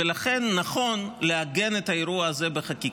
ולכן נכון לעגן את האירוע הזה בחקיקה.